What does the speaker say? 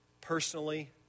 personally